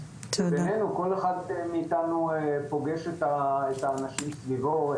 ביננו כל אחד מאיתנו פוגש את האנשים סביבו,